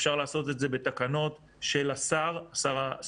אפשר לעשות את זה בתקנות של שר החינוך,